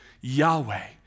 Yahweh